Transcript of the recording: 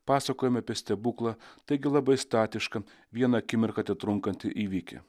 pasakojome apie stebuklą taigi labai statiška vieną akimirką tetrunkantį įvykį